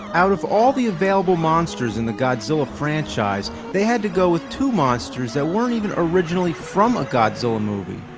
out of all the available monsters in the godzilla franchise, they had to go with two monsters that weren't even originally from a godzilla movie.